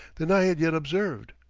than i had yet observed.